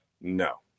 no